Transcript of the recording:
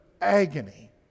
agony